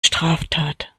straftat